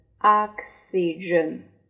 Oxygen